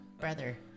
Brother